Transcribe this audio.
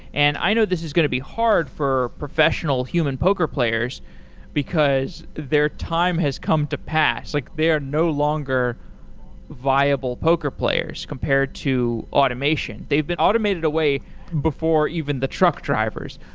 and i know this is going to be hard for professional human poker players because their time has come to past. like they are no longer viable poker players compared to automation. they've been automated away before even the truck drivers.